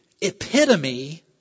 epitome